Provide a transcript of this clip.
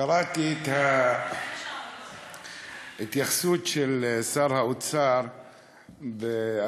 קראתי את ההתייחסות של שר האוצר ב-2015,